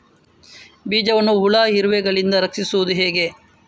ಬೀಜವನ್ನು ಹುಳ, ಇರುವೆಗಳಿಂದ ರಕ್ಷಿಸುವುದು ಹೇಗೆ?